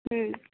হুম